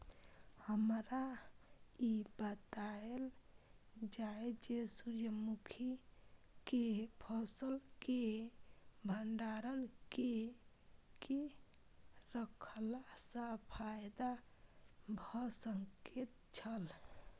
हमरा ई बतायल जाए जे सूर्य मुखी केय फसल केय भंडारण केय के रखला सं फायदा भ सकेय छल?